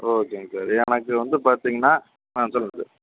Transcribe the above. ஓகேங்க சார் எனக்கு வந்து பார்த்தீங்கன்னா ஆ சொல்லுங்கள் சார்